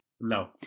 No